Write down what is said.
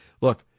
Look